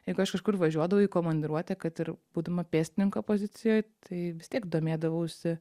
jeigu aš kažkur važiuodavau į komandiruotę kad ir būdama pėstininko pozicijoj tai vis tiek domėdavausi